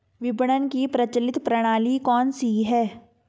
विपणन की प्रचलित प्रणाली कौनसी है?